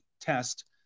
test